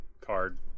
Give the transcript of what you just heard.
card